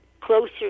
closer